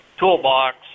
toolbox